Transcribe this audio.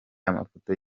amafoto